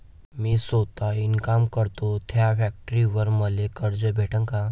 मी सौता इनकाम करतो थ्या फॅक्टरीवर मले कर्ज भेटन का?